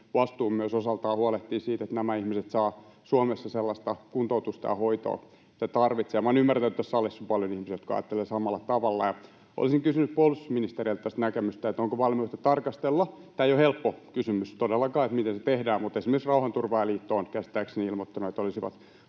vastuu osaltamme huolehtia siitä, että nämä ihmiset saavat Suomessa sellaista kuntoutusta ja hoitoa, mitä tarvitsevat. Minä olen ymmärtänyt, että tässä salissa on paljon ihmisiä, jotka ajattelevat samalla tavalla. Olisin kysynyt puolustusministeriltä tästä näkemystä, onko valmiutta tätä tarkastella. Tämä ei ole helppo kysymys todellakaan, miten se tehdään, mutta esimerkiksi Rauhanturvaajaliitto on käsittääkseni ilmoittanut, että olisivat